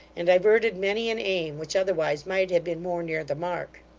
and diverted many an aim which otherwise might have been more near the mark.